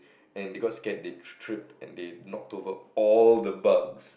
and because scared they tripped and they knocked over all the bugs